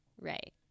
right